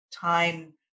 time